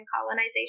colonization